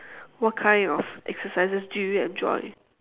what kind of exercises do you enjoy